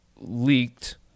leaked